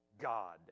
God